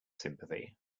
sympathy